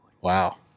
wow